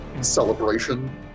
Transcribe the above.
celebration